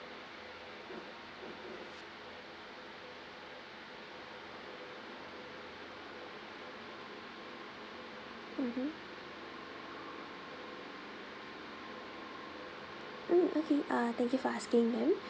mmhmm mm okay uh thank you for asking ma'am